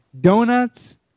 donuts